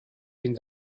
den